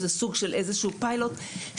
זה בעצם סוג של איזה שהוא פיילוט שמתוכו